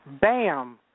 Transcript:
Bam